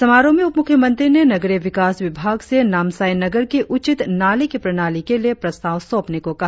समारोह में उप मुख्यमंत्री ने नगरीय विकास विभाग से नामसाई नगर के उचित नाले की प्रणाली के लिए प्रस्ताव सौंपने को कहा